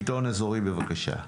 שלטון אזורי בבקשה.